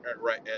Right